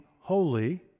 holy